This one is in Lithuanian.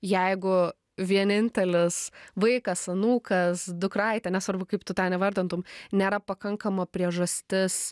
jeigu vienintelis vaikas anūkas dukraitė nesvarbu kaip tu ten įvardintum nėra pakankama priežastis